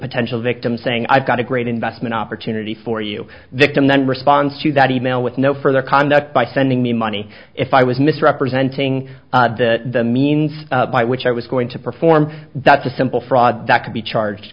potential victim saying i've got a great investment opportunity for you victim then responds to that e mail with no further conduct by sending me money if i was misrepresenting the means by which i was going to perform that's a simple fraud that could be charged